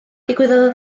digwyddodd